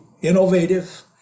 innovative